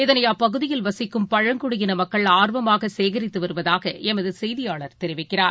இதனைஅப்பகுதியில் வசிக்கும் பழங்குடியினமக்கள் ஆர்வமாகசேகித்துவருவதாகளமதுசெய்தியாளர் தெரிவிக்கிறார்